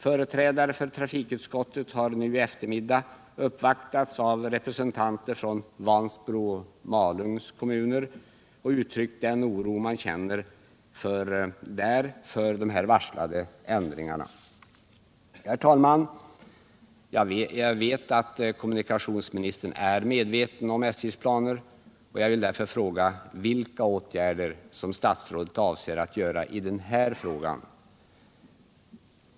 Företrädare för trafikutskottet har nu i eftermiddag uppvaktats av representanter för Vansbro och Malungs kommuner och uttryckt den oro man känner där inför de varslade ändringarna. Herr talman! Jag vet att kommunikationsministern är medveten om SJ:s planer. Jag vill därför fråga vilka åtgärder statsrådet avser att vidta i den här frågan.